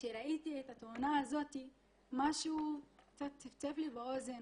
כשראיתי את התאונה הזאת משהו צפצף לי באוזן